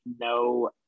no